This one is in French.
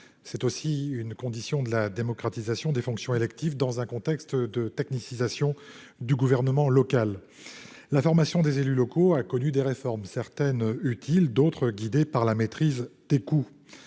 C'est aussi une condition de la démocratisation des fonctions électives, dans un contexte de technicisation du gouvernement local. La formation des élus locaux a connu des réformes : certaines utiles, d'autres guidées par la maîtrise des coûts.